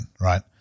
right